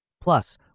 Plus